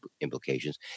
implications